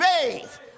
faith